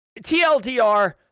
TLDR